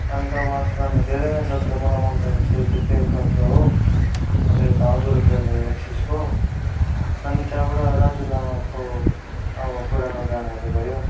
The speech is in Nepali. अन्त उहाँको गाना चै धेरै नै छ तर मलाई मन पर्ने चैँ त्यो प्रेम पत्र हो अन्त एता अधुरो प्रेम भयो एक्सिसको अनि त्यहाँबड राजु लामाको आबो पुरानो गानाहरू भयो